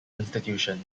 institution